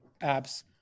apps